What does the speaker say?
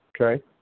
okay